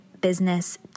business